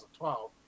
2012